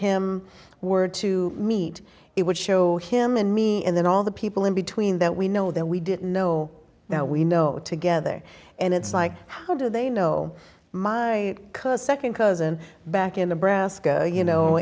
him were to meet it would show him and me and then all the people in between that we know that we didn't know now we know together and it's like how do they know my second cousin back in the brasco you know